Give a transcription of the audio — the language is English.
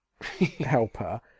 helper